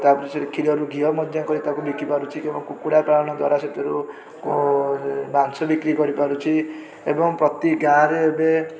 ତା' ପଛରେ କ୍ଷୀରରୁ ଘିଅ ମଧ୍ୟ କରି ତାକୁ ବିକିପାରୁଛି ତେଣୁ କୁକୁଡ଼ାପାଳନ ଦ୍ଵାରା ସେଥିରୁ ମାଂସ ବିକ୍ରି କରିପାରୁଛି ଏବଂ ପ୍ରତି ଗାଁରେ ଏବେ